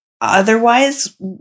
otherwise